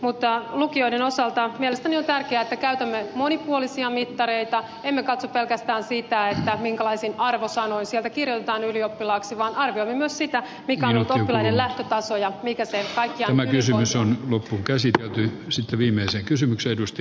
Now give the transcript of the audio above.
mutta lukioiden osalta mielestäni on tärkeää että käytämme monipuolisia mittareita emme katso pelkästään sitä minkälaisin arvosanoin sieltä kirjoitetaan ylioppilaaksi vaan arvioimme myös sitä mikä on ollut oppilaiden lähtötaso ja mikä on kaikkiaan hyvinvointi